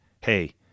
hey